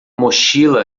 mochila